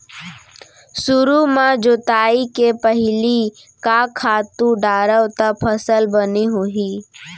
सुरु म जोताई के पहिली का खातू डारव त फसल बने होही?